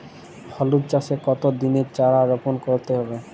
হলুদ চাষে কত দিনের চারা রোপন করতে হবে?